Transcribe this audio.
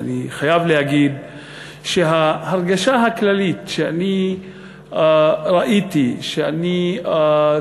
ואני חייב להגיד שההרגשה הכללית שראיתי כשצפיתי